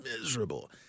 miserable